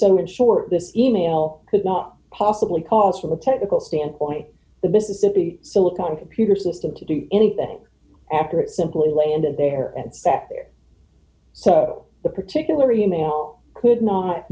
so in short this e mail could not possibly cause from a technical standpoint the mississippi silicon computer system to do anything after it simply landed d there and back there so the particular e mail could not